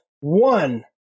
one